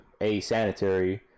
asanitary